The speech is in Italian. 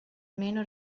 meno